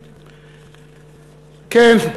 כן,